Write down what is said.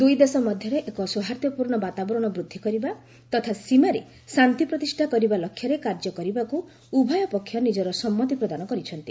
ଦୂଇ ଦେଶ ମଧ୍ୟରେ ଏକ ସୌହାର୍ଦ୍ଧ୍ୟପୂର୍ଣ୍ଣ ବାତାବରଣ ବୃଦ୍ଧି କରିବା ତଥା ସୀମାରେ ଶାନ୍ତି ପ୍ରତିଷ୍ଠା କରିବା ଲକ୍ଷ୍ୟରେ କାର୍ଯ୍ୟ କରିବାକୁ ଉଭୟ ପକ୍ଷ ନିଜର ସମ୍ମତି ପ୍ରଦାନ କରିଛନ୍ତି